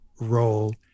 role